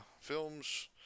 films